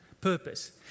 purpose